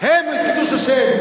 הן על קידוש השם,